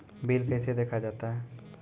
Bill कैसे देखा जाता हैं?